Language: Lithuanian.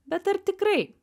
bet ar tikrai